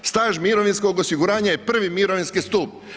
Staž mirovinskog osiguranja je I. mirovinski stup.